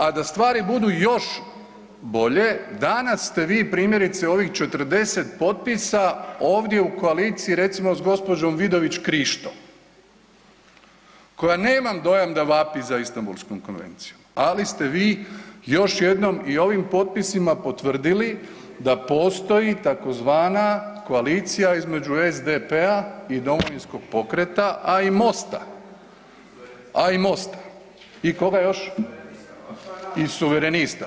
A da stvari budu još bolje, danas ste vi primjerice ovih 40 potpisa ovdje u koaliciji recimo s gđom. Vidović Krišto koja nemam dojam da vapi za Istambulskom konvencijom, ali ste vi još jednom i ovim potpisima potvrdili da postoji tzv. koalicija između SDP-a i Domovinskog pokreta, a i MOST-a, a i MOST-a i koga još? … [[Upadica iz klupe se ne razumije]] I Suverenista.